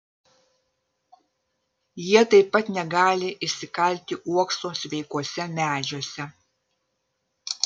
jie taip pat negali išsikalti uokso sveikuose medžiuose